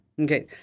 Okay